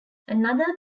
another